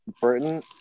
Britain